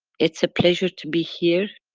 it's a pleasure to be here.